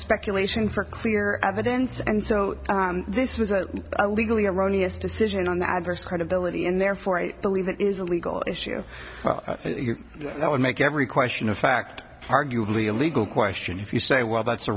speculation for clear evidence and so this was a legally erroneous decision on the adverse credibility and therefore i believe that is a legal issue that would make every question of fact arguably a legal question if you say well that's